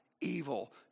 evil